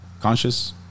conscious